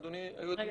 אדוני היועץ המשפטי.